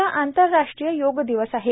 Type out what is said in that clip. उद्या आंतरराष्ट्रीय योग दिवस आहे